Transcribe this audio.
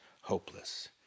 hopeless